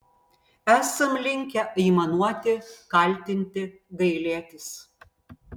esam linkę aimanuoti kaltinti gailėtis